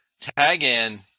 Tag-In